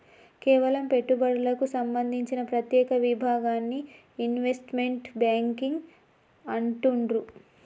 కేవలం పెట్టుబడులకు సంబంధించిన ప్రత్యేక విభాగాన్ని ఇన్వెస్ట్మెంట్ బ్యేంకింగ్ అంటుండ్రు